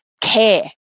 care